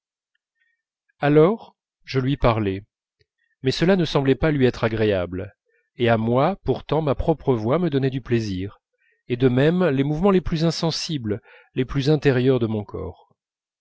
alors je lui parlais mais cela ne semblait pas lui être agréable et à moi pourtant ma propre voix me donnait du plaisir et de même les mouvements les plus insensibles les plus intérieurs de mon corps